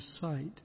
sight